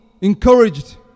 encouraged